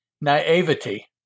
naivety